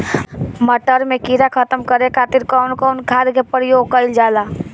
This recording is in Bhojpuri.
मटर में कीड़ा खत्म करे खातीर कउन कउन खाद के प्रयोग कईल जाला?